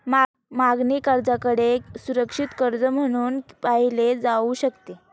मागणी कर्जाकडे सुरक्षित कर्ज म्हणून पाहिले जाऊ शकते